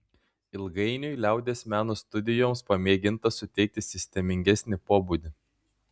ilgainiui liaudies meno studijoms pamėginta suteikti sistemingesnį pobūdį